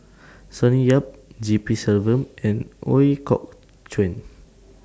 Sonny Yap G P Selvam and Ooi Kok Chuen